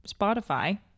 Spotify